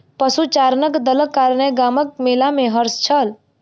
पशुचारणक दलक कारणेँ गामक मेला में हर्ष छल